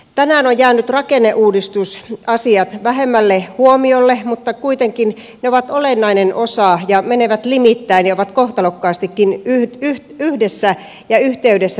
tänään ovat jääneet rakenneuudistusasiat vähemmälle huomiolle mutta kuitenkin ne ovat olennainen osa tätä kehyspäätöstä ja menevät limittäin sen kanssa ja ovat kohtalokkaastikin siihen yhteydessä